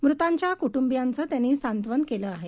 मृतांच्या कुटुंबीयांचं त्यांनी सांत्वन केलं आहे